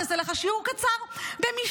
אני אעשה לך שיעור קצר במשפטים.